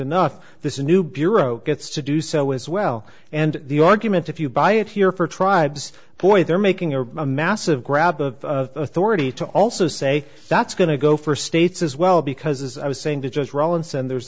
enough this is new bureau gets to do so as well and the argument if you buy it here for tribes boy they're making a massive grab of authority to also say that's going to go for states as well because as i was saying to just rawlinson there's